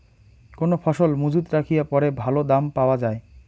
কোন ফসল মুজুত রাখিয়া পরে ভালো দাম পাওয়া যায়?